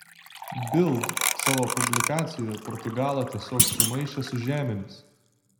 bild savo publikacijoje portugalą tiesiog sumaišė su žemėmis